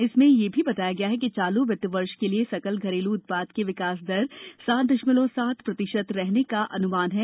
इसमें यह भी बताया गया है कि चालू वित्त वर्ष के लिए सकल घरेलू उत्पाद की विकास दर सात दशमलव सात प्रतिशत रहने का अन्मान है